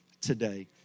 today